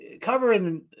Covering